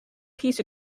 peace